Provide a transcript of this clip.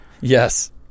Yes